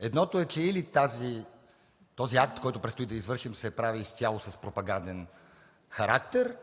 Едното е, че или този акт, който предстои да извършим, се прави изцяло с пропаганден характер,